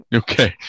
okay